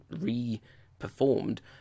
re-performed